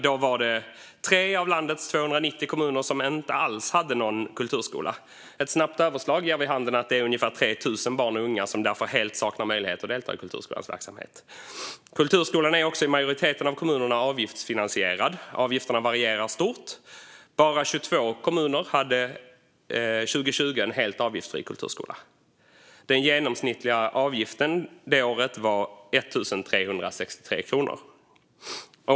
Då var det 3 av landets 290 kommuner som inte alls hade någon kulturskola. Ett snabbt överslag ger vid handen att ungefär 3 000 barn och unga därför helt saknar möjlighet att delta i kulturskolans verksamhet. Kulturskolan är också i majoriteten av kommunerna avgiftsfinansierad. Avgifterna varierar stort. Bara 22 kommuner hade 2020 en helt avgiftsfri kulturskola. Den genomsnittliga avgiften detta år var 1 363 kronor.